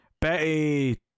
Betty